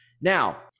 Now